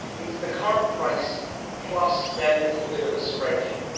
it's the current price plus their little bit of a spread fee.